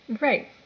Right